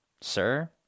Sir